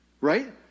right